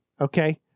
Okay